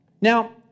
Now